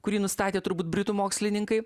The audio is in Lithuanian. kurį nustatė turbūt britų mokslininkai